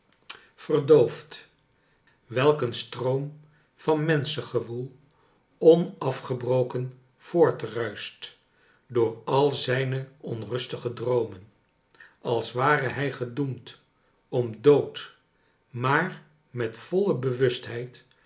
verdooft welk een stroom van menschengewoel onafgebroken voortruischt door al zijne onrustige droomen als ware hij gedoemd om dood maar met voile